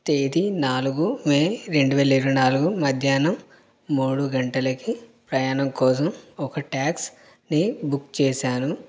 తేదీ నాలుగు మే రెండు వేల ఇరవై నాలుగు మధ్యాహ్నం మూడు గంటలకి ప్రయాణం కోసం ఒక ట్యాక్సీని బుక్ చేశాను